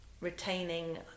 retaining